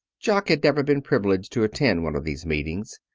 jock had never been privileged to attend one of these meetings.